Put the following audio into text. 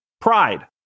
Pride